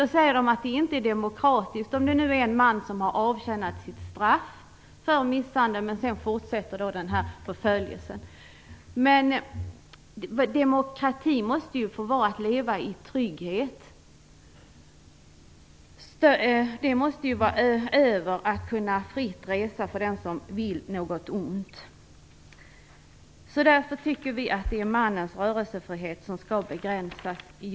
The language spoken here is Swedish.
Då säger man att det inte är demokratiskt, om en man har avtjänat sitt straff för misshandel. Men demokrati måste också innebära att man får leva i trygghet. Det måste stå över rätten till att fritt röra sig för den som vill något ont. Därför tycker vi i reservation 9 att det är mannens rörelsefrihet som skall begränsas.